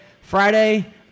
Friday